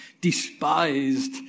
despised